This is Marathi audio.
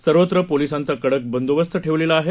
सर्वत्र पोलिसांचा कडक बंदोबस्त ठेवलेला आहे